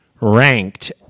ranked